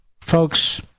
folks